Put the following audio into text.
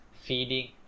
feeding